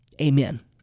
amen